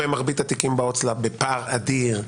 מרבית התיקים בהוצאה לפועל בפער אדיר.